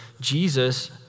Jesus